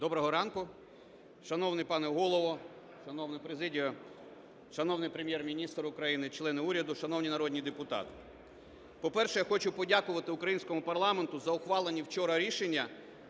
Доброго ранку, шановний пане Голово, шановна президія, шановний Прем'єр-міністр України, члени уряду, шановні народні депутати! По-перше, я хочу подякувати українському парламенту за ухвалені вчора рішення,